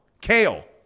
Kale